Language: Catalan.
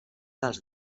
dels